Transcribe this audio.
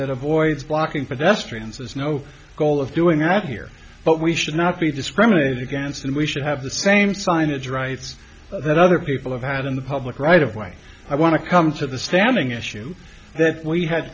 that avoids blocking fidesz trains there's no goal of doing that here but we should not be discriminated against and we should have the same signage rights that other people have had in the public right of way i want to come to the standing issue that we had